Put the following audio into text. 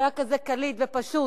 הוא היה כזה קליט ופשוט: